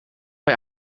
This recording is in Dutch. hij